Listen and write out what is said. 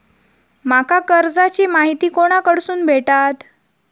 माका कर्जाची माहिती कोणाकडसून भेटात?